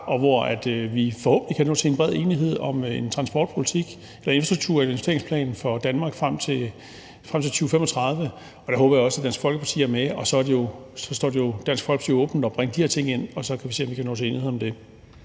og hvor vi forhåbentlig kan nå til en bred enighed om en transportpolitik med en infrastruktur- og investeringsplan for Danmark frem til 2035. Der håber jeg også at Dansk Folkeparti er med. Så står det jo Dansk Folkeparti frit for at bringe de her ting ind, og så kan vi se, om vi kan nå til enighed om det.